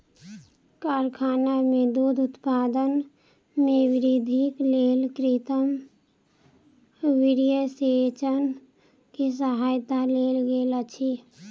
कारखाना में दूध उत्पादन में वृद्धिक लेल कृत्रिम वीर्यसेचन के सहायता लेल गेल अछि